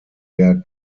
der